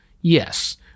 yes